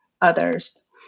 others